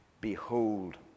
Behold